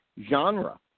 genre